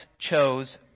chose